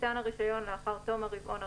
יש הערות למי מהיושבים כאן או מהמשתתפים בזום,